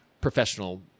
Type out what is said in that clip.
professional